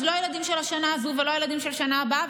אז לא הילדים של השנה הזו ולא הילדים של שנה הבאה,